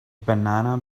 banana